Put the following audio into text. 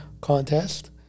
contest